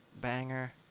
banger